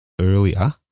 earlier